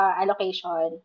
allocation